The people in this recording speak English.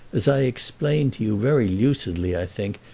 as i explained to you very lucidly, i think,